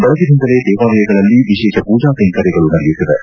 ಬೆಳಗಿನಿಂದಲೇ ದೇವಾಲಯಗಳಲ್ಲಿ ವಿಶೇಷ ಪೂಜಾ ಕೈಂಕರ್ಯಗಳು ನಡೆಯುತ್ತಿವೆ